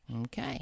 Okay